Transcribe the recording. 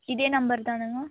இதே நம்பருதானங்க